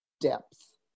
depth